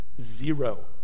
zero